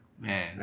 Man